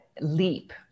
leap